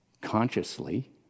consciously